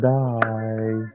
die